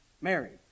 Mary